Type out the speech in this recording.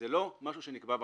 זה לא משהו שנקבע בחוק.